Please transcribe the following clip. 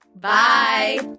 Bye